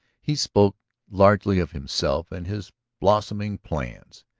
he spoke largely of himself and his blossoming plans.